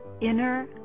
inner